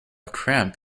cramp